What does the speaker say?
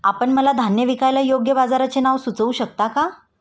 आपण मला धान्य विकायला योग्य बाजाराचे नाव सुचवू शकता का?